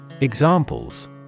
Examples